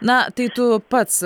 na tai tu pats